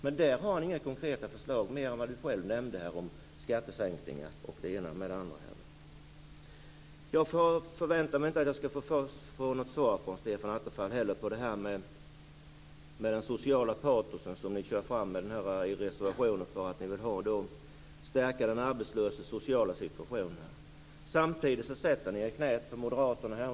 Men där har ni inga konkreta förslag mer än det Stefan Attefall själv nämnde - skattesänkningar och det ena med det andra. Jag förväntar mig inte heller att få något svar från Stefan Attefall om det sociala patos som ni för fram i reservationen om att ni vill stärka den arbetslöses sociala situation. Samtidigt sätter ni er i knäet på moderaterna.